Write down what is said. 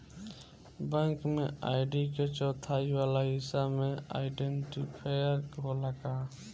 Bank में ID के चौथाई वाला हिस्सा में आइडेंटिफैएर होला का?